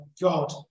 God